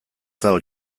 dago